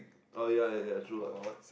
oh ya ya ya true ah